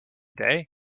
day